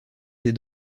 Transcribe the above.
des